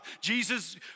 Jesus